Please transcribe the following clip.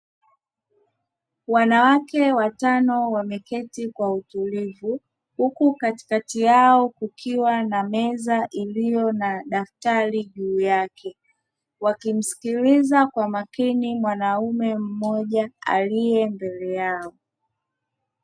Wanawake watano wameketi kwa utulivu, huku katikati yao kukiwa na meza iliyo na daftari juu yake, wakimsikiliza kwa makini mwanaume mmoja, aliye mbele yao.